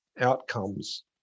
outcomes